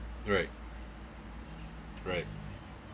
right right